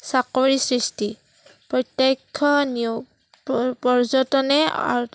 চাকৰিৰ সৃষ্টি প্ৰত্যক্ষ নিয়োগ প পৰ্যটনে আ